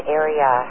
area